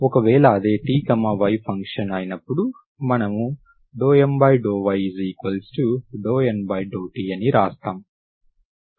ఒకవేళ అదే ty function అయినప్పుడు మనము ∂M∂y∂N∂t అని రాస్తాం